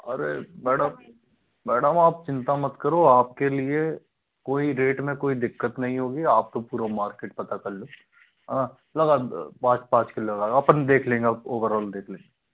अरे madam madam आप चिंता मत करो आपके लिए कोई रेट में कोई दिक्कत नहीं होगी आप तो मार्केट में पता कर लो लगा पाँच पाँच किलो लगा अपन देख लेंगे ओवरॉल देख लेंगे